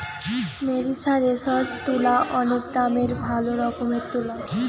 মেরিসারেসজড তুলা অনেক দামের ভালো রকমের তুলা